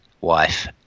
wife